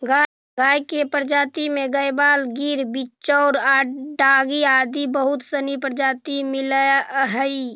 गाय के प्रजाति में गयवाल, गिर, बिच्चौर, डांगी आदि बहुत सनी प्रजाति मिलऽ हइ